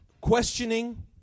questioning